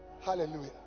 Hallelujah